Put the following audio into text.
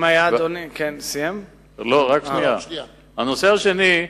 הנושא השני,